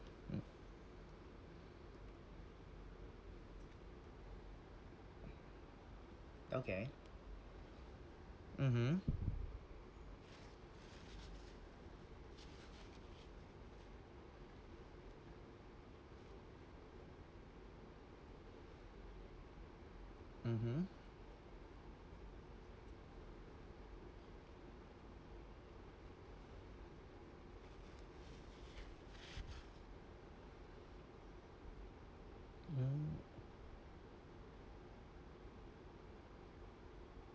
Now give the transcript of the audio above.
mm okay mmhmm mmhmm mm